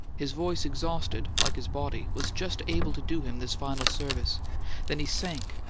his voice, exhausted, like his body, was just able to do him this final service then he sank,